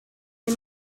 you